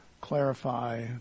clarify